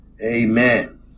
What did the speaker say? Amen